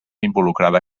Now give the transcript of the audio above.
involucrada